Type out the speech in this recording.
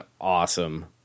awesome